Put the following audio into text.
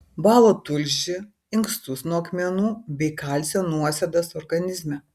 valo tulžį inkstus nuo akmenų bei kalcio nuosėdas organizme